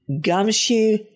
gumshoe